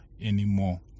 anymore